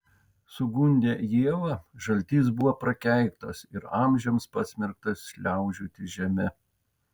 sugundę ievą žaltys buvo prakeiktas ir amžiams pasmerktas šliaužioti žeme